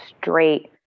straight